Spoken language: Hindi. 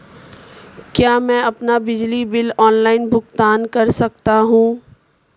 क्या मैं अपना बिजली बिल ऑनलाइन भुगतान कर सकता हूँ?